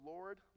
Lord